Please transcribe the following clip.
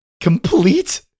complete